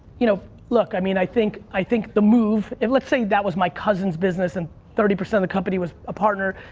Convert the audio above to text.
you know look, i mean, i think i think the move, and let's say that was my cousin's business and thirty percent of the company was a partner.